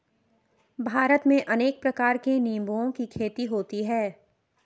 भारत में अनेक प्रकार के निंबुओं की खेती होती है